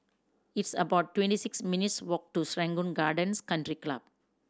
it's about twenty six minutes' walk to Serangoon Gardens Country Club